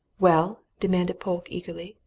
well? demanded polke eagerly.